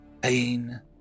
Pain